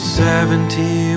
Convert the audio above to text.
seventy